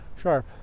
sharp